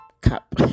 cup